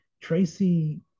Tracy